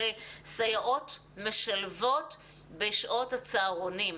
זה סייעות משלבות בשעות הצהרונים.